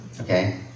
Okay